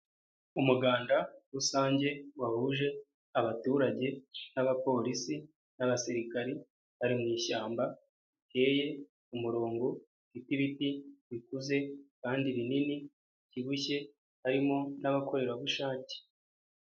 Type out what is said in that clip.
Umuganda, rusange, wahuje, abaturage, n'abapolisi, n'abasirikari, bari mu ishyamba, riteye, ku murongo, rifite ibiti, bikuze, kandi rinini bibyibushye, harimo n'abakorerabushake.